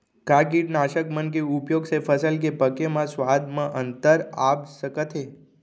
का कीटनाशक मन के उपयोग से फसल के पके म स्वाद म अंतर आप सकत हे?